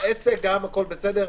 גם עסק, הכול בסדר,